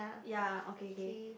yea okay okay